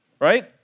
Right